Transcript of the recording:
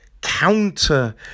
counter